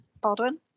Baldwin